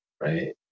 right